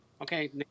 Okay